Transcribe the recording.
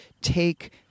take